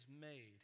made